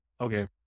Okay